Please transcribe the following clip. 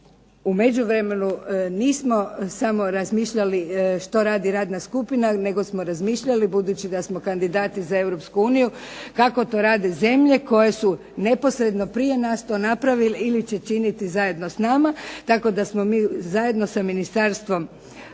u međuvremenu nismo samo razmišljali što radi radna skupina nego smo razmišljali budući da smo kandidati za Europsku uniju kako to rade zemlje koje su neposredno prije nas to napravile ili će činiti zajedno s nama tako da smo mi zajedno sa ministarstvom